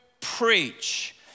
preach